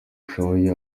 arashoboye